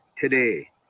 today